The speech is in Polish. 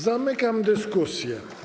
Zamykam dyskusję.